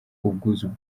ubwuzu